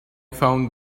found